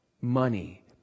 Money